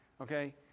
okay